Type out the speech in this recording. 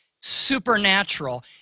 supernatural